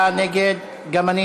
נגד, אראל מרגלית.